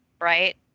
right